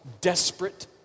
desperate